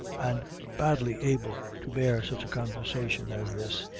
and badly able to bear sich a conversation as this.